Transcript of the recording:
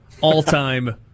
all-time